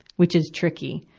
which is tricky.